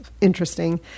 interesting